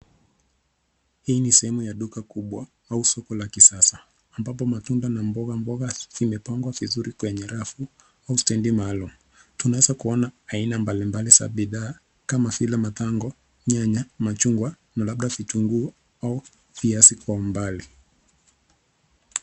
Hii ni sehemu ya duka kubwa au soko la kisasa ambapo matunda na mbogamboga zimepangwa vizuri kwenye rafu au stendi maalum. Tunaweza kuona aina mbalimbali za bidhaa kama vile matngo, nyanya machungwa na labda vitunguu au viazi kwa umbali.